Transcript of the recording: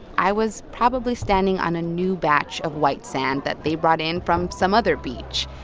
i was probably standing on a new batch of white sand that they brought in from some other beach.